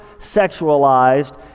sexualized